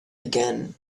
again